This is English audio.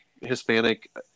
Hispanic